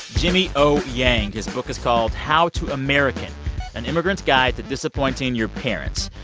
jimmy o yang his book is called how to american an immigrant's guide to disappointing your parents.